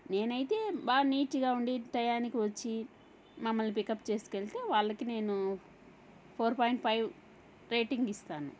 నేనైతే బాగా నీట్గా ఉండి టైంకి వచ్చి మమ్మల్ని పికప్ చేసుకెళ్తే వాళ్ళకి నేను ఫోర్ పాయింట్ ఫైవ్ రేటింగ్ ఇస్తాను